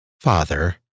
Father